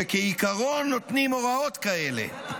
שכעיקרון נותנים הוראות כאלה.